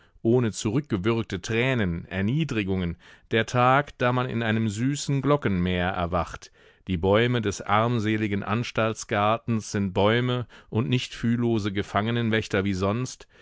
ohne zurückgewürgte tränen erniedrigungen der tag da man in einem süßen glockenmeer erwacht die bäume des armseligen anstaltsgartens sind bäume und nicht fühllose gefangenenwächter wie sonst